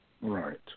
Right